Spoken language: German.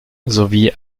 sowie